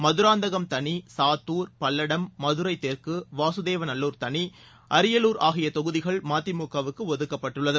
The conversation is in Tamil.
மதுராந்தகம் தனி சாத்தூர் பல்லடம் மதுரை தெற்கு வாசுதேவநல்லூர் தனி அரியலூர் ஆகிய தொகுதிகள் மதிமுகவுக்கு ஒதுக்கப்பட்டுள்ளது